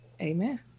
Amen